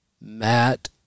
Matt